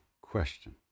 question